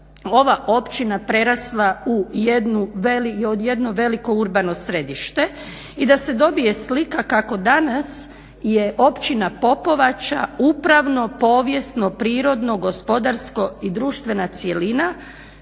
ova općina prerasla u jedno veliko urbano središte i da se dobije slika kako danas je Općina Popovača upravno-povijesno-prirodno-gospodarsko i društvena cjelina